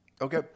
Okay